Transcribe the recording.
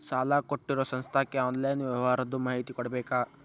ಸಾಲಾ ಕೊಟ್ಟಿರೋ ಸಂಸ್ಥಾಕ್ಕೆ ಆನ್ಲೈನ್ ವ್ಯವಹಾರದ್ದು ಮಾಹಿತಿ ಕೊಡಬೇಕಾ?